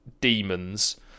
demons